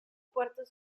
puertos